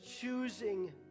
choosing